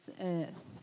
earth